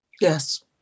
Yes